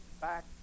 back